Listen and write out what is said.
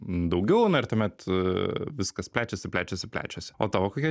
daugiau na ir tuomet viskas plečiasi plečiasi plečiasi o tavo kokia